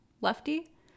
Lefty